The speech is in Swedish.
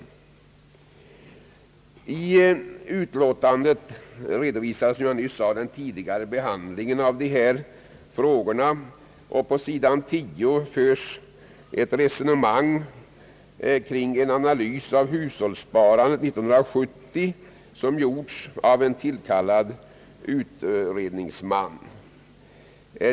I utlåtandet redovisas, som jag nyss sade, den tidigare behandlingen av dessa frågor. På sidan 10 förs ett resonemang kring en analys av hushållssparandet 1970, gjord av en tillkallad utredningsman.